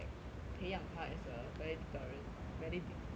培养他 as a valedictorian valedictorian